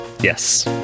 yes